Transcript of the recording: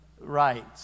Right